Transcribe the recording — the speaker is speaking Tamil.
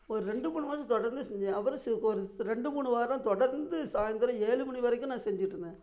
ஒரு ரெண்டு மூணு மாதம் தொடர்ந்து செஞ்சேன் அப்புறம் சில ரெண்டு மூணு வாரம் தொடர்ந்து சாயிந்திரம் ஏழு மணி வரைக்கும் நான் செஞ்சுட்ருந்தேன்